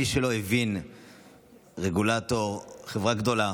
מי שלא הבין, רגולטור, חברה גדולה